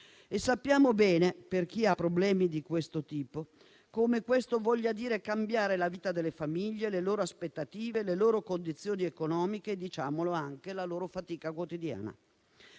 Sappiamo bene, per chi ha problemi di questo tipo, come ciò voglia dire cambiare la vita delle famiglie, le loro aspettative, le loro condizioni economiche e, diciamolo, anche la loro fatica quotidiana.